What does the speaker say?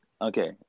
Okay